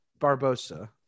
Barbosa